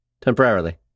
Temporarily